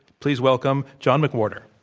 please welcome john mcwhorter.